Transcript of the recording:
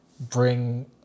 bring